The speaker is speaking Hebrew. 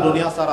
אדוני השר,